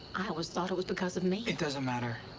i always thought it was because of me. it doesn't matter.